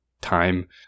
time